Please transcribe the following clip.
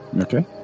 Okay